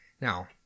Now